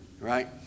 right